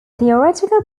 theoretical